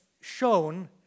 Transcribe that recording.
shown